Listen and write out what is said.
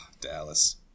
Dallas